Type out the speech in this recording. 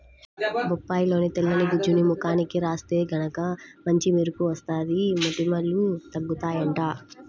బొప్పాయిలోని తెల్లని గుజ్జుని ముఖానికి రాత్తే గనక మంచి మెరుపు వత్తది, మొటిమలూ తగ్గుతయ్యంట